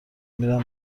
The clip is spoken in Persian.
میرم